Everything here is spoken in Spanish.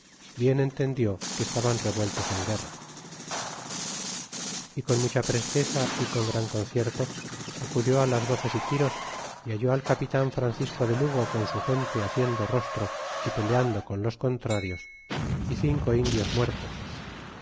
bien entendió que estaban revueltos en guerra y con mucha presteza y con gran concierto acudió las voces y tiros y halló al capitan francisco de lugo con su gente haciendo rostro y peleando con los contrarios y cinco indios muertos